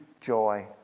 joy